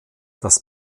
das